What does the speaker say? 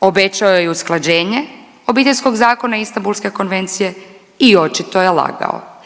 obećao je i usklađenje Obiteljskog zakona Istanbulske konvencije i očito je lagao.